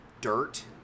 dirt